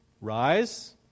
rise